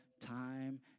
time